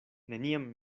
neniam